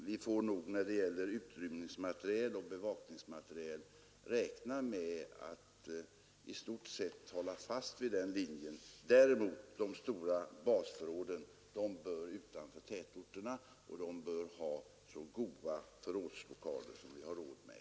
Vi får nog när det gäller utrymningsoch bevakningsmateriel räkna med att i stort sett hålla fast vid den linjen. De stora basförråden däremot bör ligga utanför tätorterna och bör ha så goda förrådslokaler som vi har råd med.